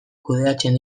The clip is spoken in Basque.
kudeatzen